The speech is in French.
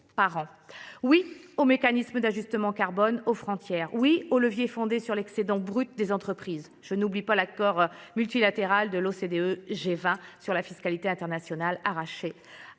Oui aux mécanismes d’ajustement carbone aux frontières ! Oui au levier fondé sur l’excédent brut d’exploitation des entreprises ! Et je n’oublie pas l’accord multilatéral de l’OCDE et du G20 sur la fiscalité internationale arraché